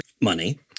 money